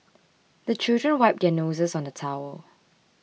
the children wipe their noses on the towel